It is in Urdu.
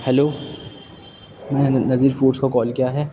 ہیلو میں نے نذیر فوڈس کو کال کیا ہے